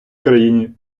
країні